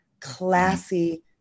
classy